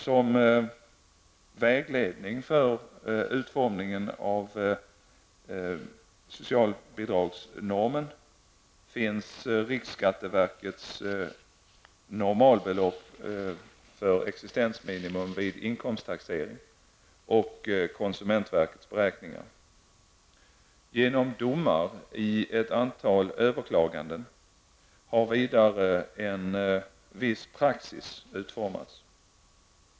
Som vägledning för utformningen av socialbidragsnormer finns riksskatteverkets normalbelopp för existensminimum vid inkomsttaxering och konsumentverkets beräkningar. Genom domar i ett antal överklaganden har vidare en viss praxis utformats.